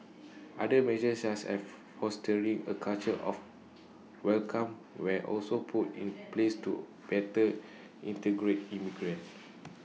other measures such as fostering A culture of welcome were also put in place to better integrate immigrants